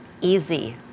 easy